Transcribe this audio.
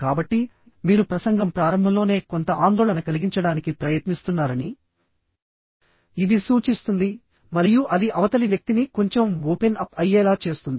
కాబట్టి మీరు ప్రసంగం ప్రారంభంలోనే కొంత ఆందోళన కలిగించడానికి ప్రయత్నిస్తున్నారని ఇది సూచిస్తుంది మరియు అది అవతలి వ్యక్తిని కొంచెం ఓపెన్ అప్ అయ్యేలా చేస్తుంది